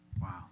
Wow